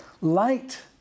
Light